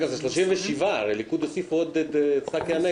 אגב, זה 37. הרי הליכוד הוסיפו עוד את צחי הנגבי.